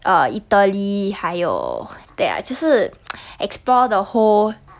err italy 还有对啊就是 explore the whole